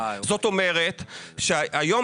זאת אומרת שהיום,